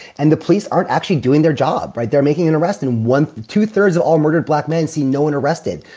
and the police aren't actually doing their job right. they're making an arrest in one or two thirds of all murdered black men. see no one arrested.